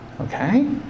Okay